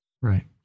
Right